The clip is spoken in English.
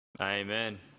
amen